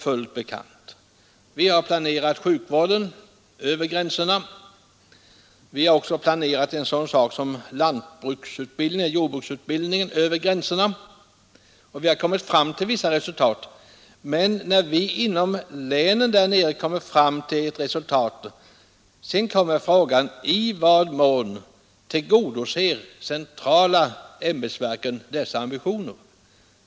Både sjukvården och jordbruksutbildningen har planer som går över gränserna, och där har vi också nått vissa resultat. Men när vi då inom länet har kommit fram till ett resultat stöter man på frågan: I vad mån tillgodoser de centrala ämbetsverken våra ambitioner?